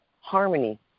harmony